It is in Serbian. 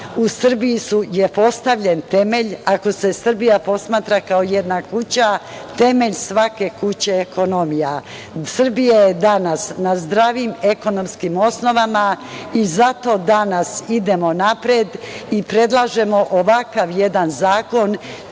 u Srbiji je postavljen temelj, ako se Srbija posmatra kao jedna kuća, temelj svake kuće je ekonomija. Srbija je danas na zdravim ekonomskim osnovama. Zato danas idemo napred i predlažemo ovakav jedan zakon,